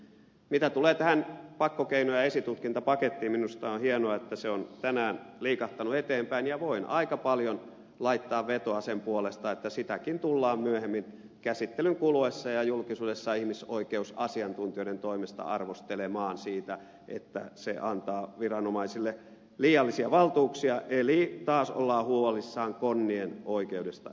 mitä tulee tähän pakkokeino ja esitutkintapakettiin minusta on hienoa että se on tänään liikahtanut eteenpäin ja voin aika paljon laittaa vetoa sen puolesta että sitäkin tullaan myöhemmin käsittelyn kuluessa ja julkisuudessa ihmisoikeusasiantuntijoiden toimesta arvostelemaan siitä että se antaa viranomaisille liiallisia valtuuksia eli taas ollaan huolissaan konnien oikeudesta ennen kaikkea